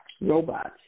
robots